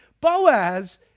Boaz